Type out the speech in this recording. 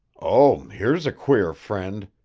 oh, here's a queer friend,